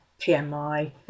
PMI